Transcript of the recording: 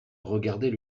regardait